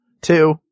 Two